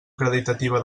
acreditativa